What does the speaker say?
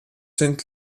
sind